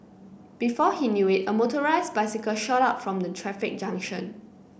before he knew it a motorised bicycle shot out from the traffic junction